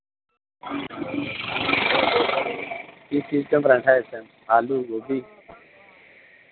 किस चीज का परांठा ऐ इस टाइम आलू गोबी